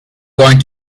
going